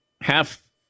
half